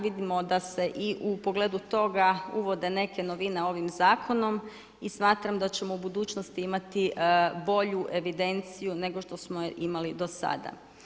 Vidimo da se u pogledu toga uvode neke novine ovim zakonom i smatram da ćemo u budućnosti imati bolju evidenciju nego što smo je imali do sada.